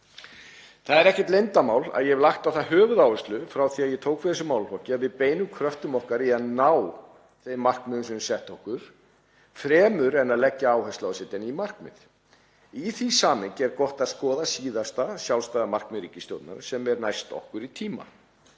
Það er ekkert leyndarmál að ég hef lagt á það höfuðáherslu frá því að ég tók við þessum málaflokki að við beinum kröftum okkar að því að ná þeim markmiðum sem við höfum sett okkur fremur en að leggja áherslu á að setja ný markmið. Í því samhengi er gott að skoða síðasta sjálfstæða markmið ríkisstjórnarinnar, þ.e. sem er næst okkur í tíma.